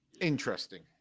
interesting